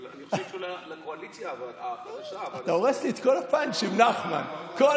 אבל אני חושב שאולי לקואליציה החדשה אבד השדה המגנטי.